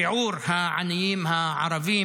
שיעור העניים הערבים